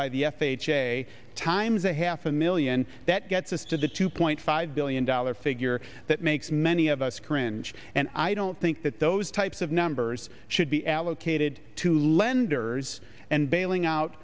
by the f h a times a half a million that gets us to the two point five billion dollar figure that makes many of us cringe and i don't think that those types of numbers should be allocated to lenders and bailing out